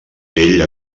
ell